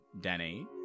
Danny